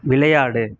விளையாடு